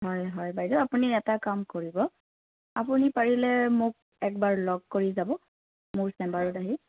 হয় হয় বাইদেউ আপুনি এটা কাম কৰিব আপুনি পাৰিলে মোক একবাৰ লগ কৰি যাব মোৰ চেম্বাৰত আহি